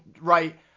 right